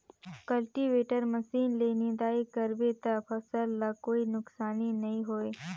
cultivator machine ले निंदई कर बे त फसल ल कोई नुकसानी नई होये